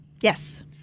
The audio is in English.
Yes